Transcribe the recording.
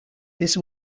this